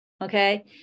Okay